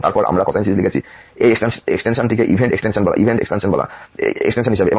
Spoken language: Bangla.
এবং তারপর আমরা কোসাইন সিরিজ লিখেছি এই এক্সটেনশানটিকে ইভেন্ট এক্সটেনশন হিসেবে